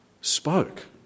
spoke